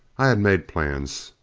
i had made plans.